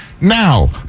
now